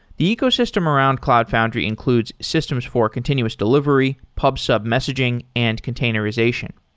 the ecosystem around cloud foundry includes systems for continuous delivery, pub sub messaging and containerization.